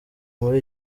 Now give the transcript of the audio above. muri